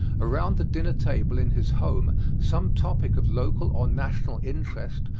around the dinner table in his home some topic of local or national interest,